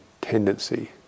tendency